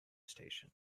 station